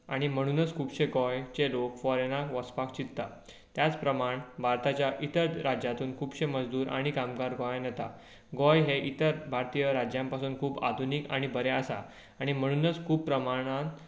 आनी म्हणुनच खुबशें गोंयचे लोक फोरेनाक वचूंक चित्तां त्याच प्रमाण भारताच्या इतर राज्यातून खुबशें मजदूर आनी कामगार गोंयांत येता गोंय हें इतर राज्यां पासून खूब आधुनीक आनी बरें आसा आनी म्हणुनच खुब प्रमाणान